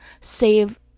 save